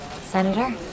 Senator